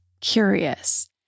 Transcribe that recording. Curious